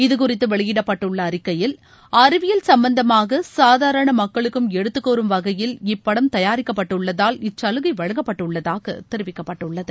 இது குறித்து வெளியிடப்பட்டுள்ள அறிக்கையில் அறிவியல் சும்பந்தமாக காதாரண மக்களுக்கும் எடுத்துக்கூறும் வகையில் இப்படம் தயாரிக்கப்பட்டுள்ளதால் இச்சலுகை வழங்கப்பட்டுள்ளதாக தெரிவிக்கப்பட்டுள்ளது